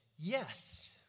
yes